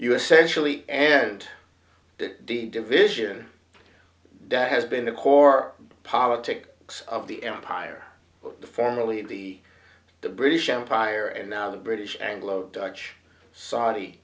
usa actually and the division that has been the core politic of the empire the formally the the british empire and now the british anglo dutch saudi